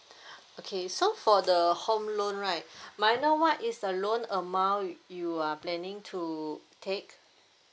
okay so for the home loan right may I know what is the loan amount you are planning to take